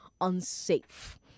unsafe